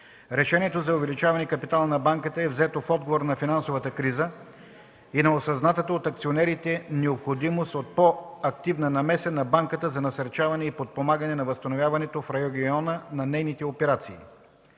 Решението за увеличаване капитала на банката е взето в отговор на финансовата криза и на осъзнатата от акционерите необходимост от по-активна намеса на банката за насърчаване и подпомагане на възстановяването в региона на нейните операции.